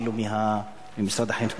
אפילו ממשרד החינוך.